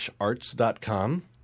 arts.com